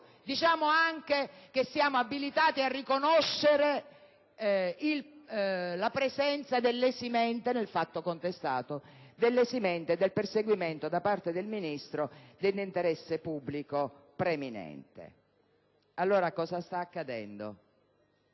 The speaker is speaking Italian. dicendo che si è abilitati a riconoscere la presenza, nel fatto contestato, dell'esimente del perseguimento da parte del ministro dell'interesse pubblico preminente. Cosa sta accadendo